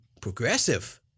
progressive